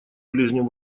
ближнем